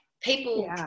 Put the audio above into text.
people